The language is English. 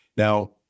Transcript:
Now